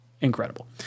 incredible